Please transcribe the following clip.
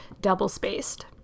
double-spaced